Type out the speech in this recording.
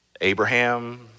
Abraham